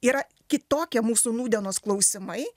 yra kitokie mūsų nūdienos klausimai